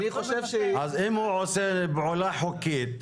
אז אם הוא עושה פעולה חוקית,